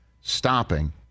stopping